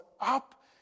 up